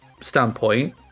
standpoint